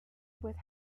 with